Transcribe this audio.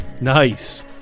Nice